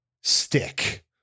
stick